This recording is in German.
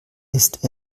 ist